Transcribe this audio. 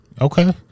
Okay